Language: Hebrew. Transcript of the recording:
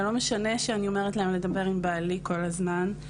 זה לא משנה שאני אומרת להן לדבר עם בעלי כל הזמן.